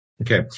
Okay